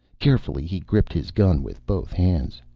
carefully, he gripped his gun with both hands.